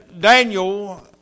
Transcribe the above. Daniel